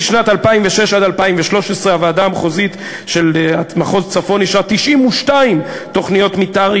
משנת 2006 עד 2013 הוועדה המחוזית של מחוז צפון אישרה 92 תוכניות מתאר,